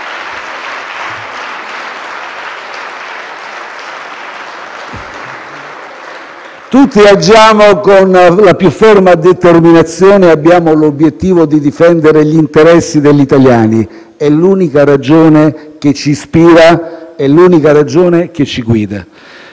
Tutti agiamo con la più ferma determinazione e abbiamo l'obiettivo di difendere gli interessi degli italiani; è l'unica ragione che ci ispira, è l'unica ragione che ci guida.